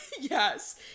Yes